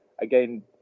Again